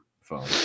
phone